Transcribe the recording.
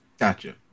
Gotcha